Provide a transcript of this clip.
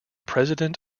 president